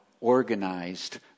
organized